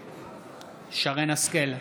נגד שרן מרים השכל,